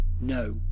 no